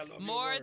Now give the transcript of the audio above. more